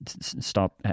stop